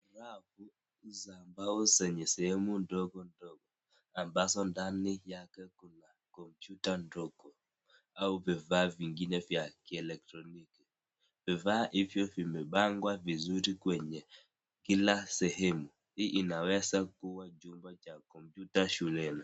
Rafu za mbao zenye sehemu ndogo ndogo ambazo ndani yake kuna kompyuta ndogo au vifaa vingine vya kielectroniki. vifaa ivyo vimepangwa vizuri kwenye kila sehemu hii inaweza kuwa chumba cha kompyuta shuleni.